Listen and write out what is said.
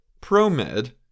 ProMed